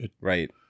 right